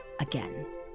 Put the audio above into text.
again